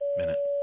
minute